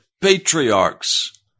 patriarchs